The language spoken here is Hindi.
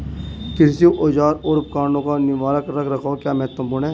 कृषि औजारों और उपकरणों का निवारक रख रखाव क्यों महत्वपूर्ण है?